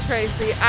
Tracy